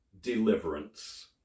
deliverance